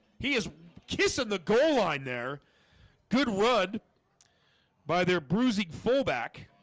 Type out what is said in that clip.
he is kissing the goal line there good wood by there bruising fullback